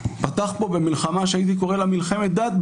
פתח פה במלחמה שהייתי קורא לה מלחמת דת,